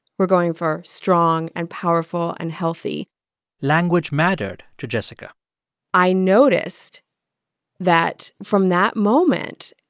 we're going for strong, and powerful and healthy language mattered to jessica i noticed that, from that moment,